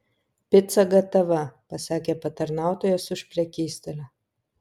pica gatava pasakė patarnautojas už prekystalio